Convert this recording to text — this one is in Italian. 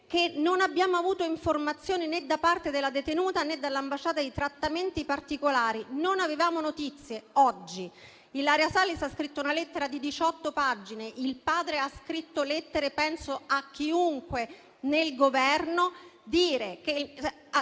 «Noi non abbiamo avuto informazioni da parte né della detenuta né dell'ambasciata di trattamenti particolari, non avevamo notizie». Oggi Ilaria Salis ha scritto una lettera di diciotto pagine, il padre ha scritto lettere penso a chiunque nel Governo e